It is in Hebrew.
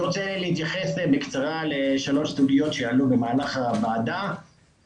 אני רוצה להתייחס בקצרה לשלוש סוגיות שעלו במהלך הישיבה.